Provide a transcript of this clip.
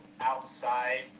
outside